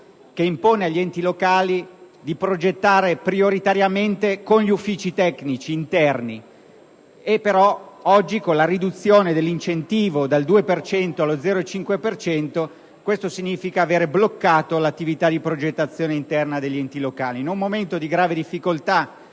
che impone agli enti locali di progettare prioritariamente con gli uffici tecnici interni. Oggi, però, con la riduzione dell'incentivo dal 2 per cento, allo 0,5 per cento, ciò significa aver bloccato l'attività di progettazione interna degli enti locali. In un momento di grave difficoltà